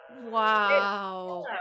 Wow